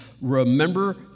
remember